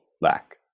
lack